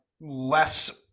less